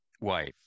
wife